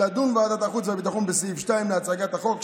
תדון ועדת החוץ והביטחון בסעיף 2 להצעת החוק,